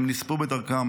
הם נספו בדרכם.